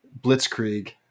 blitzkrieg